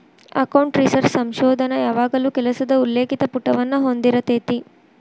account research ಸಂಶೋಧನ ಯಾವಾಗಲೂ ಕೆಲಸದ ಉಲ್ಲೇಖಿತ ಪುಟವನ್ನ ಹೊಂದಿರತೆತಿ